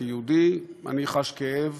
כיהודי, אני חש כאב